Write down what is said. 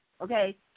okay